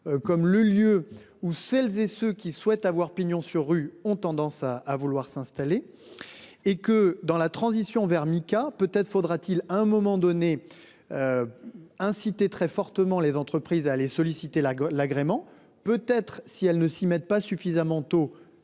comme le lieu où celles et ceux qui souhaitent avoir pignon sur rue ont tendance à à vouloir s'installer. Et que dans la transition vers Mika peut-être faudra-t-il à un moment donné. Inciter très fortement les entreprises à les solliciter la l'agrément peut être si elle ne s'y mettent pas suffisamment tôt